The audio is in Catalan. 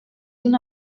una